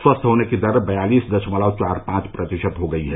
स्वस्थ होने की दर बयालीस दशमलव चार पांच प्रतिशत हो गई है